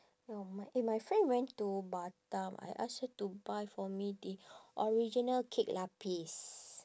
ya my eh my friend went to batam I ask her to buy for me the original kek lapis